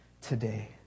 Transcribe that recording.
today